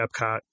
Epcot